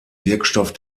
wirkstoff